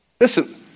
Listen